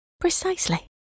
Precisely